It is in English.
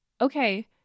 okay